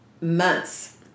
months